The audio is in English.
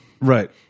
Right